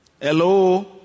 Hello